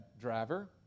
driver